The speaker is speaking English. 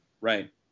Right